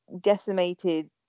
decimated